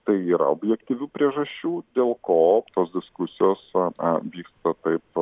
tai yra objektyvių priežasčių dėl ko tos diskusijos a vyksta taip